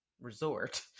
resort